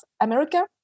America